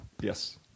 Yes